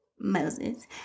Moses